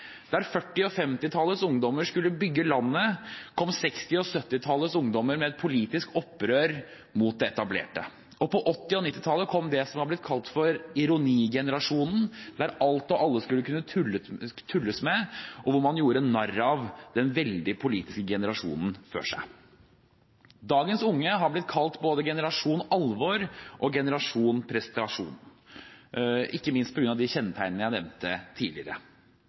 Der 1940- og -50-tallets ungdommer skulle bygge landet, kom 1960- og -70-tallets ungdommer med et politisk opprør mot det etablerte. På 1980- og -90-tallet kom det som er blitt kalt «ironigenerasjonen», der alt og alle skulle kunne tulles med, og der man gjorde narr av den veldig politiske generasjonen før dem. Dagens unge er blitt kalt både «generasjon alvor» og «generasjon prestasjon» – ikke minst på grunn av de kjennetegnene jeg nevnte tidligere.